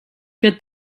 que